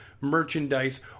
merchandise